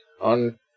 on